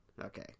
okay